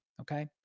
okay